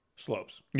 Slopes